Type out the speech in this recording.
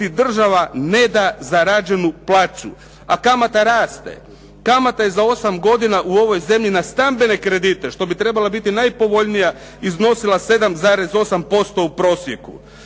država ne da zarađenu plaću, a kamata raste. Kamata je za 8 godina u ovoj zemlji na stambene kredite, što bi trebala biti najpovoljnija iznosila 7,8% u prosjeku.